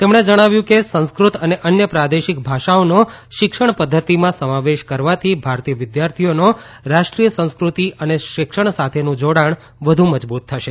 તેમણે જણાવ્યું કે સંસ્કૃત અને અન્ય પ્રાદેશિક ભાષાઓનો શિક્ષણ પદ્ધતિમાં સમાવેશ કરવાથી ભારતીય વિદ્યાર્થીઓનો રાષ્ટ્રીય સંસ્કૃતિ અને શિક્ષણ સાથેનું જોડાણ વધુ મજબૂત થશે